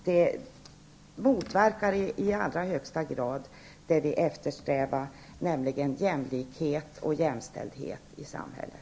Det motverkar i allra högsta grad det vi eftersträvar, nämligen jämlikhet och jämställdhet i samhället.